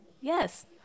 yes